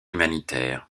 humanitaires